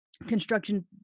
construction